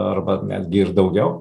arba netgi ir daugiau